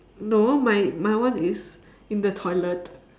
no my my one is in the toilet